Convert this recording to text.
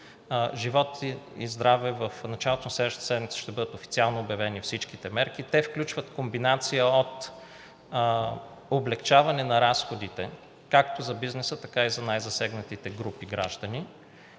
Живот и здраве, в началото на следващата седмица ще бъдат официално обявени всичките мерки. Те включват комбинация от облекчаване на разходите както за бизнеса, така и за най-засегнатите групи граждани